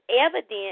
evidence